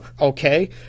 okay